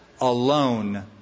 alone